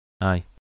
Aye